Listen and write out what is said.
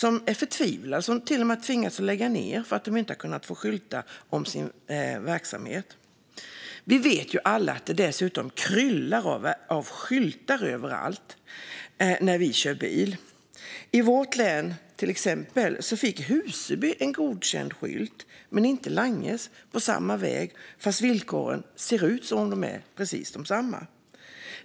De är förtvivlade, och en del har till och med tvingats lägga ned eftersom de inte har fått skylta om sin verksamhet. Vi vet dessutom att det kryllar av skyltar överallt där vi kör bil. I vårt län fick Huseby en godkänd skylt men inte Langes på samma väg, fast villkoren ser precis likadana ut.